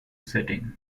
setting